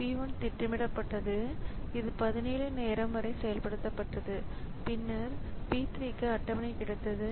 P 1 திட்டமிடப்பட்டது இது 17 நேரம் வரை செயல்படுத்தப்பட்டது பின்னர் P3 க்கு அட்டவணை கிடைத்தது